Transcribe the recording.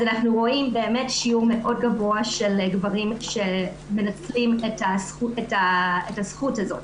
אנחנו רואים שיעור מאוד גבוה של גברים שמנצלים את הזכות הזאת.